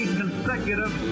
consecutive